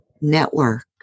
network